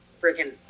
freaking